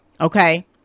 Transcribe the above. Okay